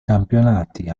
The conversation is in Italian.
campionati